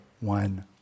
one